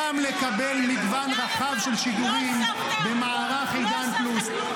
גם לקבל מגוון רחב של שידורים במערך עידן פלוס.